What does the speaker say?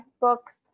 books